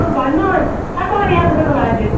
अँ भन्नुहोस् कताबाट याद गर्नुभयो आज